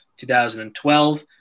2012